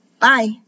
Bye